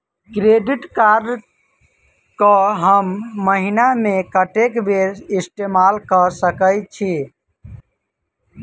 Credit card कऽ हम महीना मे कत्तेक बेर इस्तेमाल कऽ सकय छी?